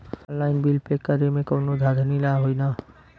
Online bill pay करे में कौनो धांधली ना होई ना?